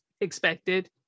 expected